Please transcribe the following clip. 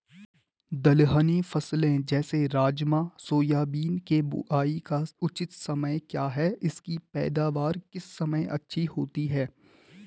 दलहनी फसलें जैसे राजमा सोयाबीन के बुआई का उचित समय क्या है इसकी पैदावार किस समय अच्छी होती है?